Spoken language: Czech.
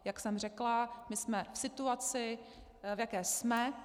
Jak jsem řekla, my jsme v situaci, v jaké jsme.